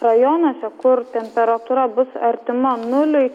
rajonuose kur temperatūra bus artima nuliui